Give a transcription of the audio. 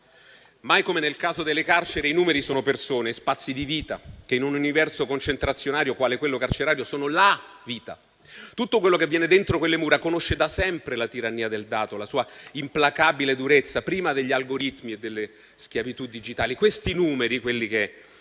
Mai, come nel caso delle carceri, i numeri sono persone e spazi di vita che, in un universo concentrazionario quale quello carcerario, sono la vita. Tutto quello che avviene dentro quelle mura conosce da sempre la tirannia del dato, la sua implacabile durezza, prima degli algoritmi e delle schiavitù digitali. Abbiamo riportato dei